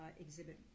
exhibit